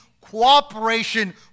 cooperation